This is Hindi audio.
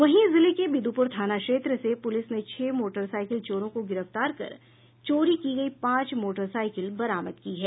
वहीं जिले के विदुपुर थाना क्षेत्र से पुलिस ने छह मोटरसाइकिल चोरों को गिरफ्तार कर चोरी की गयी पांच मोटरसाइकिल बरामद की है